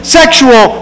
sexual